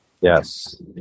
Yes